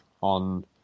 on